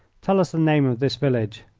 tell us the name of this village.